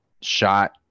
shot